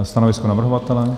Stanovisko navrhovatele?